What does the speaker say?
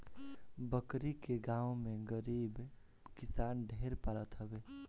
बकरी के गांव में गरीब किसान ढेर पालत हवे